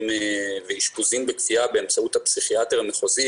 ואשפוזים בכפייה באמצעות הפסיכיאטר המחוזי